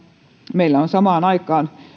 meillä on samaan aikaan